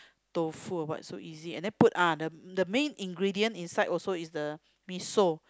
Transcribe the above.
tofu ah what so easy and then put ah the the main ingredient inside also is the miso